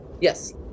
Yes